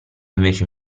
invece